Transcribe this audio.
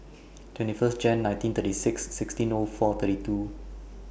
twenty First Jan nineteen thirty six sixteen O four thirty two